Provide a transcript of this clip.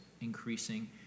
increasing